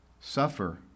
suffer